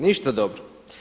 Ništa dobro.